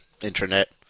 internet